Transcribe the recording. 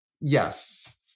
Yes